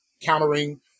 countering